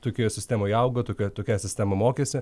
tokioje sistemoje augo tokioj tokią sistemą mokėsi